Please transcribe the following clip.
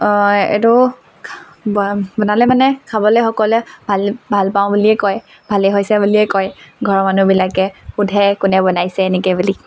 এইটো বনালে মানে খাবলে সকলোৱে ভাল ভাল পাওঁ বুলিয়ে কয় ভালে হৈছে বুলিয়ে কয় ঘৰৰ মানুহবিলাকে সোধে কোনে বনাইছে এনেকৈ বুলি